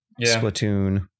Splatoon